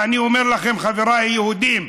ואני אומר לכם, חבריי היהודים,